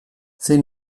zein